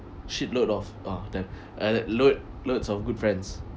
shit load of oh damn uh load loads of good friends